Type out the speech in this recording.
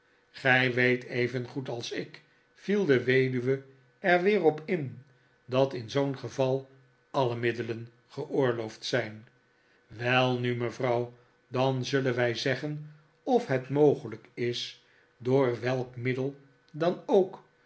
gij weet evengoed als ik viel de weduwe er weer op in dat in zoo'n geval alle middelen geoorloofd zijn welnu mevrouw dan zullen wij zeggen of het mogelijk is door welk middel dan ook